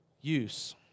use